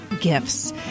gifts